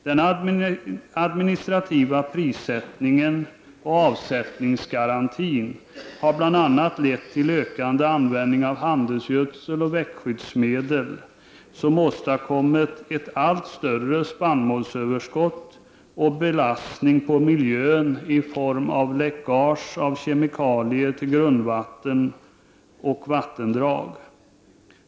Den administrativa prissättningen och avsättningsgarantin har bl.a. lett till ökande användning av handelsgödsel och växtskyddsmedel, som åstadkommit ett allt större spannmålsöverskott och belastning på miljön i form av läckage av kemikalier till grundvatten och vattendrag.